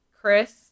chris